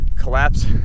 collapse